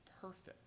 perfect